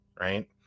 right